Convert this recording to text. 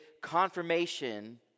confirmation